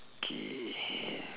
K